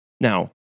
Now